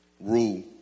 rule